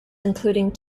including